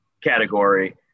category